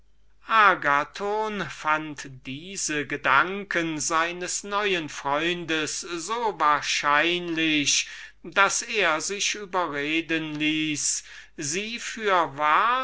diese gedanken seines neuen freundes so wahrscheinlich daß er sich überreden ließ sie für